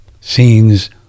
scenes